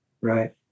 right